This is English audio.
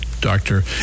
Doctor